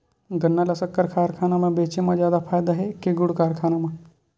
गन्ना ल शक्कर कारखाना म बेचे म जादा फ़ायदा हे के गुण कारखाना म?